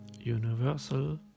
universal